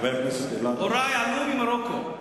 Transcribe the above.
הורי עלו ממרוקו.